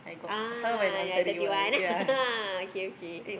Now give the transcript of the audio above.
ah like thirty one okay okay